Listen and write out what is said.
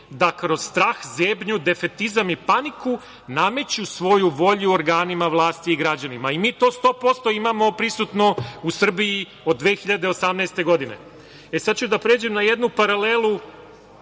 da kroz strah, zebnju, defetizam i paniku nameću svoju volju organima vlasti i građanima. Mi to 100% imamo prisutno u Srbiji od 2018. godine. Sada ću da pređem na jednu paralelu